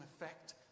effect